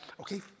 okay